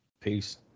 Peace